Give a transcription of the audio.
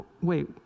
wait